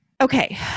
Okay